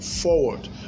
forward